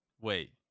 wait